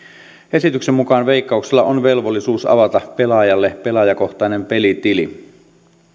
esityksen mukaan veikkauksella on velvollisuus avata pelaajalle pelaajakohtainen pelitili